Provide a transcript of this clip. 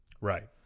right